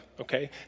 okay